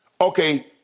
Okay